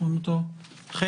תודה על ההצגה.